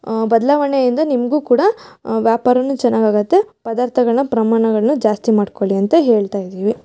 ಬದಲಾವಣೆಯಿಂದ ನಿಮಗೂ ಕೂಡ ವ್ಯಾಪಾರನೂ ಚೆನ್ನಾಗಾಗತ್ತೆ ಪದಾರ್ಥಗಳ ಪ್ರಮಾಣಗಳನ್ನು ಜಾಸ್ತಿ ಮಾಡಿಕೊಳ್ಳಿ ಅಂತ ಹೇಳ್ತಾಯಿದ್ದೀವಿ